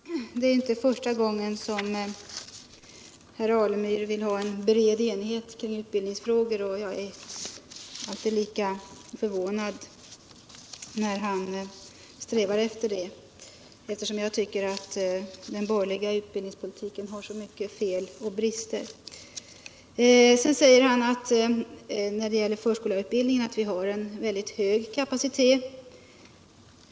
Herr talman! Det är inte första gången som herr Alemyr vill ha en bred cnighet i utbildningsfrågor. Jag blir alltid lika förvånad över att han strävar efter det, eftersom den borgerliga utbildningspolitiken har så stora fel och brister. När det gäller förskollärarutbildningen säger herr Alemyr att vi har en väldigt hög kapacitet.